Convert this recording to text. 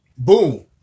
Boom